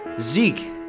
Zeke